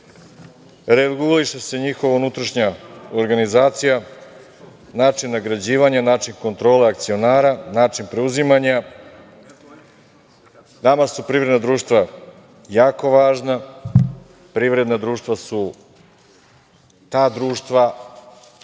reguliše se njihova unutrašnja organizacija, način nagrađivanja, način kontrole akcionara, način preuzimanja. Nama su privredna društva jako važna. Privredna društva su ta društva